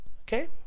Okay